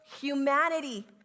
humanity